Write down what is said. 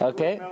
Okay